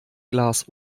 glas